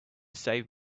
save